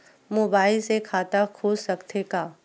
Mobile से खाता खुल सकथे का?